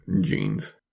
jeans